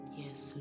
yes